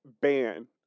ban